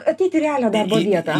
ateit į realią darbo vietą